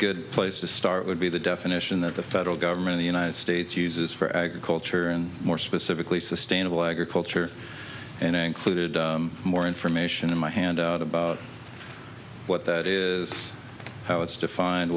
good place to start would be the definition that the federal government the united states uses for agriculture and more specifically sustainable agriculture and included more information in my hand about what that is how it's defined